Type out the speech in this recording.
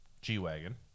G-Wagon